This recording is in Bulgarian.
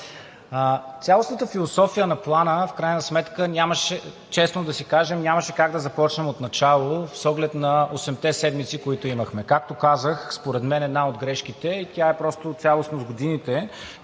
Цялостната философия на Плана в крайна сметка, честно да си кажем, нямаше как да започнем отначало с оглед на осемте седмици, които имахме, както казах. Според мен една от грешките, тя просто е цялостно с годините,